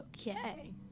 Okay